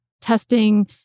testing